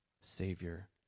savior